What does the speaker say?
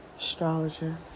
Astrologer